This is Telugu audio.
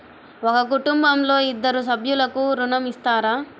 ఒక కుటుంబంలో ఇద్దరు సభ్యులకు ఋణం ఇస్తారా?